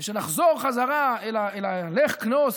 ושנחזור חזרה אל ה"לך כנוס",